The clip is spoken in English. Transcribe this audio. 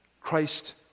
Christ